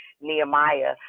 Nehemiah